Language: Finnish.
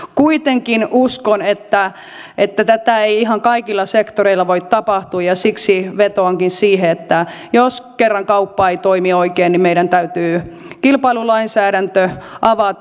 kuitenkin uskon että tätä ei ihan kaikilla sektoreilla voi tapahtua ja siksi vetoankin siihen että jos kerran kauppa ei toimi oikein niin meidän täytyy kilpailulainsäädäntö avata